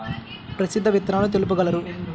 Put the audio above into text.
ప్రసిద్ధ విత్తనాలు తెలుపగలరు?